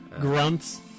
grunts